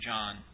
John